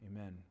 amen